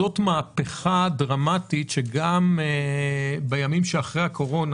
זאת מהפכה דרמטית שבימים שאחרי הקורונה